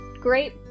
great